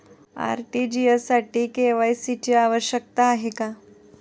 RTGS साठी KYC ची आवश्यकता आहे का?